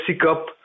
Cup